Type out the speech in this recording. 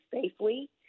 safely